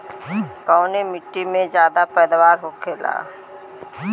कवने मिट्टी में ज्यादा पैदावार होखेला?